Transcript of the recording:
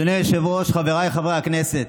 אדוני היושב-ראש, חבריי חברי הכנסת,